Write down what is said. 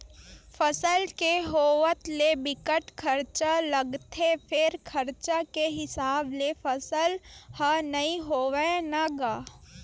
फसल के होवत ले बिकट खरचा लागथे फेर खरचा के हिसाब ले फसल ह नइ होवय न गा